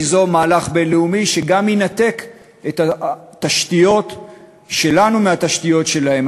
ליזום מהלך בין-לאומי שגם ינתק את התשתיות שלנו מהתשתיות שלהם.